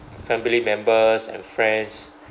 family members and friends